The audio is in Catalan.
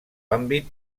àmbit